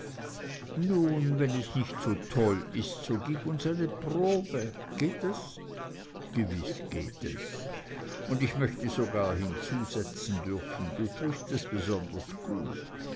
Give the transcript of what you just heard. nun wenn es nicht zu toll ist so gib uns eine probe geht es gewiß geht es und ich möchte sogar hinzusetzen dürfen du triffst es besonders gut